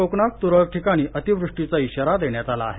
कोकणात तुरळक ठिकाणी अतिवृष्टीचा इशारा देण्यात आला आहे